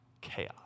chaos